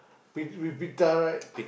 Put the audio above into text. with with pita right